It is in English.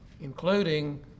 including